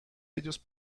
ellos